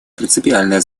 принципиальное